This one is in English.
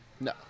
No